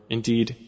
Indeed